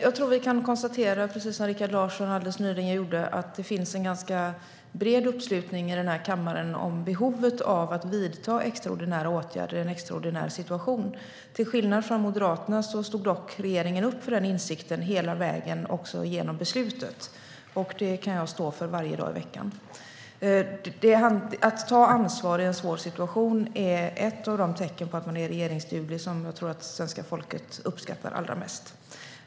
Herr talman! Som Rikard Larsson alldeles nyss konstaterade finns det en ganska bred uppslutning i den här kammaren om behovet av att vidta extraordinära åtgärder i en extraordinär situation. Till skillnad från Moderaterna stod dock regeringen upp för den insikten hela vägen, också genom beslutet. Det kan jag stå för varje dag i veckan. Att ta ansvar i en svår situation är ett av de tecken på att man är regeringsduglig som jag tror att svenska folket uppskattar allra mest.